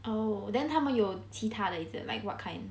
oh then 他们有其他的 like what kind